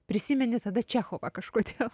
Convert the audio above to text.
prisimeni tada čechovą kažkodėl